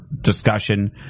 discussion